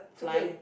flying